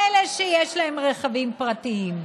לאלה שיש להם רכבים פרטיים.